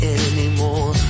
anymore